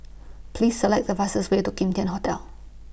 Please Select The fastest Way to Kim Tian Hotel